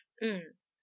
mmhmm